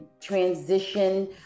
transition